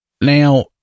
now